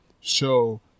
show